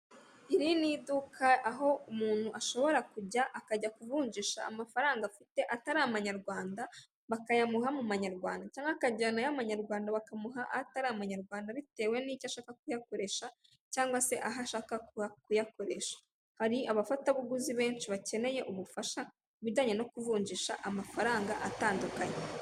Iri ni iduka aho umuntu ashobora kujya, akajya kuvunjisha amafaranga afite atari amanyarwanda, bakayamuha mu manyarwanda cyangwa akajyanayo abanyarwanda bakamuha atari umunyarwanda bitewe n'icyo ashaka kuyakoresha cyangwa se aho ashaka kuyakoresha. Hari abafatabuguzi benshi bakeneye ubufasha mu bijyanye no kuvunjisha amafaranga atandukanye.